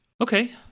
Okay